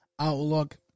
outlook